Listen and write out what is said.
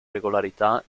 regolarità